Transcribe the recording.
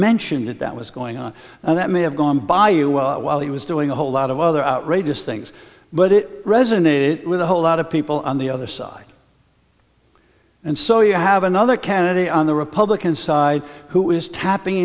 mentioned it that was going on and that may have gone by you well while he was doing a whole lot of other outrageous things but it resonated with a whole lot of people on the other side and so you have another candidate on the republican side who is tapping